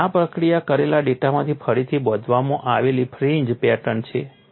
અને આ પ્રક્રિયા કરેલા ડેટામાંથી ફરીથી બાંધવામાં આવેલી ફ્રિન્જ પેટર્ન છે